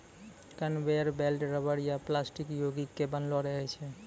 conveyor belt rubber या plastic योगिक के बनलो रहै छै